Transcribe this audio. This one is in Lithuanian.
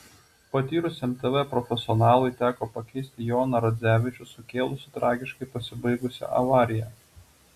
patyrusiam tv profesionalui teko pakeisti joną radzevičių sukėlusį tragiškai pasibaigusią avariją